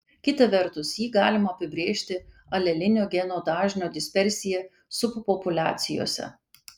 kita vertus jį galima apibrėžti alelinio geno dažnio dispersija subpopuliacijose